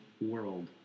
world